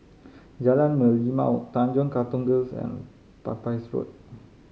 Jalan Merlimau Tanjong Katong Girls' and Pepys Road